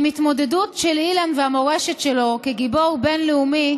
עם ההתמודדות של אילן והמורשת שלו כגיבור בין-לאומי